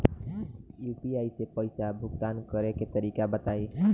UPI से पईसा भुगतान करे के तरीका बताई?